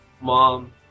Mom